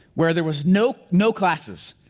where there was no, no classes.